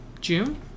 June